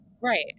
right